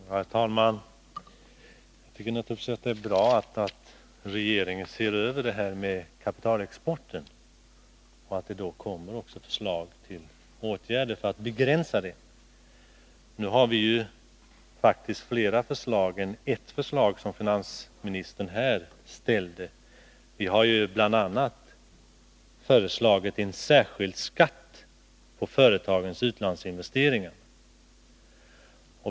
Herr talman! Jag tycker naturligtvis att det är bra att regeringen ser över frågorna kring kapitalexporten och att det skall läggas fram förslag om åtgärder för att begränsa dem. Sedan vill jag säga att vi faktiskt har fler än ett förslag på det här området. Vi har bl.a. lagt fram förslag om en särskild skatt på företagens utlandsinvesteringar.